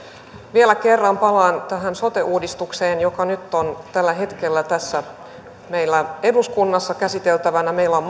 vielä kerran palaan tähän sote uudistukseen joka on nyt tällä hetkellä tässä meillä eduskunnassa käsiteltävänä meillä on